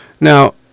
Now